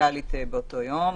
דיגיטלית באותו יום,